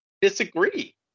disagree